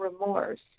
remorse